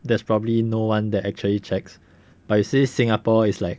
there's probably no one that actually checks but you see singapore is like